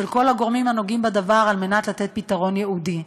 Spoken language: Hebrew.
כל הגורמים הנוגעים בדבר על מנת לתת פתרון ייעודי.